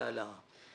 זאת העלאה.